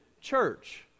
church